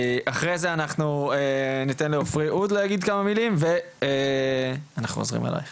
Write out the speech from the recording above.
אחרי זה אנחנו ניתן לעופרי אוד להגיד כמה מילים ואנחנו חוזרים אלייך